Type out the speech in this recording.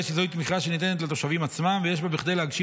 זוהי תמיכה שניתנת לתושבים עצמם ויש בה בכדי להגשים